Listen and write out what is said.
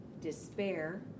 despair